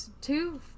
two